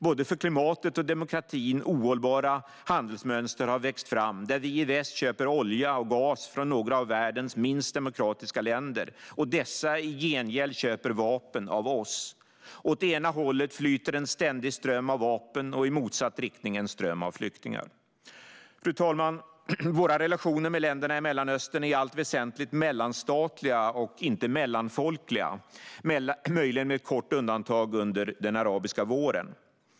Både för klimatet och demokratin ohållbara handelsmönster har växt fram, där vi i väst köper olja och gas från några av världens minst demokratiska länder och dessa i gengäld köper vapen av oss. Åt ena hållet flyter en ständig ström av vapen och i motsatt riktning en ström av flyktingar. Fru talman! Våra relationer med länderna i Mellanöstern är i allt väsentligt mellanstatliga och inte mellanfolkliga, möjligen med ett kort undantag under den arabiska våren.